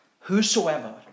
Whosoever